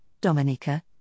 Dominica